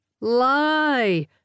lie